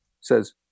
says